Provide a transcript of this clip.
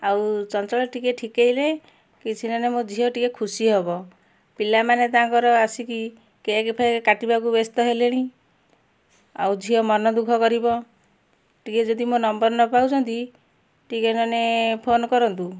ଆଉ ଚଞ୍ଚଳ ଟିକେ ଠିକେଇଲେ କିଛି ନ ହେଲେ ମୋ ଝିଅ ଟିକେ ଖୁସି ହବ ପିଲାମାନେ ତାଙ୍କର ଆସିକି କେକ୍ ଫେକ୍ କାଟିବାକୁ ବ୍ୟସ୍ତ ହେଲେଣି ଆଉ ଝିଅ ମନ ଦୁଃଖ କରିବ ଟିକେ ଯଦି ମୋ ନମ୍ବର ନ ପାଉଛନ୍ତି ଟିକେ ନ ହେନେ ଫୋନ୍ କରନ୍ତୁ